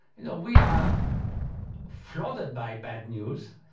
you know we are flooded by bad news,